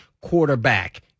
quarterback